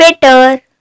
better